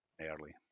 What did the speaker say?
early